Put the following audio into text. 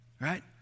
Right